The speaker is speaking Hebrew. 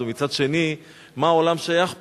ומצד שני, מה העולם שייך פה?